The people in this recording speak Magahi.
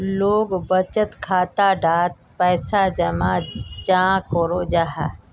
लोग बचत खाता डात पैसा जमा चाँ करो जाहा?